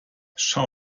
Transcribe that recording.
schau